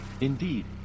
indeed